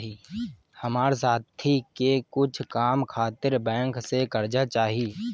हमार साथी के कुछ काम खातिर बैंक से कर्जा चाही